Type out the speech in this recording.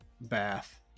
bath